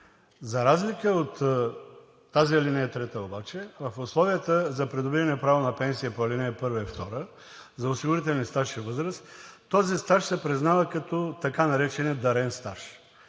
За разлика от тази ал. 3 обаче в условията за придобиване право на пенсия по ал. 1 и ал. 2 за осигурителен стаж и възраст този стаж се признава като така наречения дарен стаж.